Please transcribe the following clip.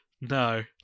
No